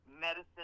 medicine